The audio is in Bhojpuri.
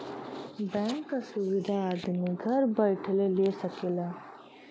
बैंक क सुविधा आदमी घर बैइठले ले सकला